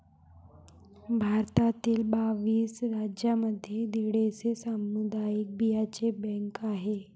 भारतातील बावीस राज्यांमध्ये दीडशे सामुदायिक बियांचे बँका आहेत